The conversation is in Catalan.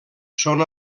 són